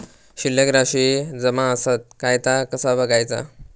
शिल्लक राशी जमा आसत काय ता कसा बगायचा?